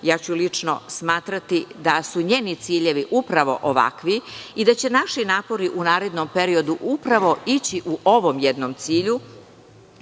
ću smatrati da su njeni ciljevi upravo ovakvi i da će naši napori u narednom periodu upravo ići u ovom cilju,